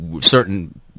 certain